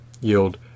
yield